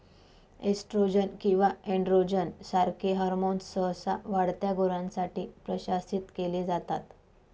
oestrogen किंवा androgen सारखे hormones सहसा वाढत्या गुरांसाठी प्रशासित केले जातात